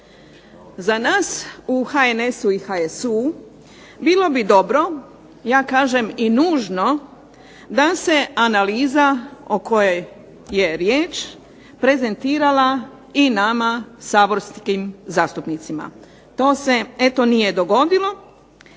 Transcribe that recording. Za nas u HNS-u i HSU bilo bi dobro ja kažem i nužno, da se analiza o kojoj je riječ prezentirala i nama saborskim zastupnicima. To se nije dogodilo.